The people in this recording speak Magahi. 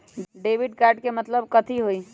डेबिट कार्ड के मतलब कथी होई?